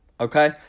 okay